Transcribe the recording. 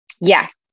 yes